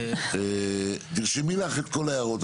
עינת, תרשמי לך את כל ההערות.